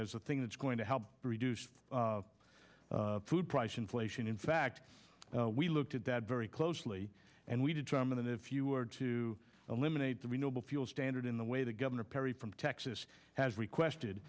the thing that's going to help reduce food price inflation in fact we looked at that very closely and we determine if you were to eliminate the renewable fuel standard in the way the governor perry from texas has requested